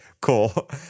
cool